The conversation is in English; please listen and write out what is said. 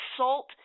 assault